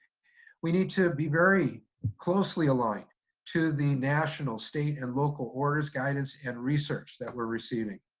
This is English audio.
we need to be very closely aligned to the national state and local orders, guidance, and research that we're receiving.